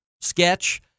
sketch